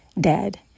dead